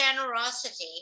generosity